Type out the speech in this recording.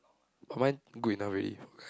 but mine good enough already